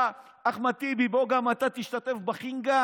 אתה, אחמד טיבי, בוא גם אתה תשתתף בחינגה.